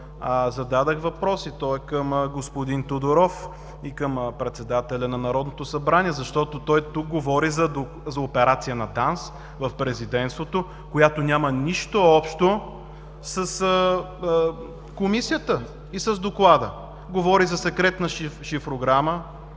зададох въпрос и той е към господин Тодоров и към председателя на Народното събрание, защото той тук говори за операция на ДАНС в Президентството, която няма нищо общо с Комисията и с Доклада. Говори за секретна шифрограма,